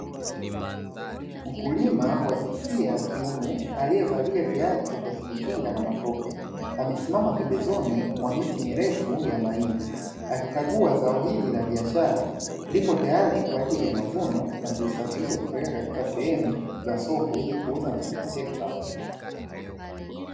Mkulima wa jinsia ya kiume aliyevalia viatu vya kujikinga na matope amesimama pembezoni mwa miti mirefu ya mhindi, akikagua zao hili la biashara lipo tayari kwa ajili ya mavuno na kusafirisha kupeleka katika sehemu za masoko ili kuuza na kujipatia kipato.